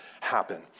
happen